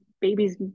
babies